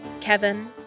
Kevin